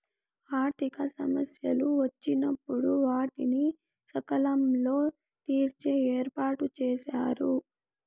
ఆర్థిక సమస్యలు వచ్చినప్పుడు వాటిని సకాలంలో తీర్చే ఏర్పాటుచేశారు